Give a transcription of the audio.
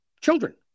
children